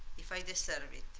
if i deserve it.